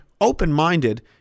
open-minded